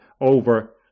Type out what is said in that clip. over